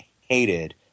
hated